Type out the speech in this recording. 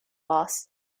loss